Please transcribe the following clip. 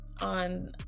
on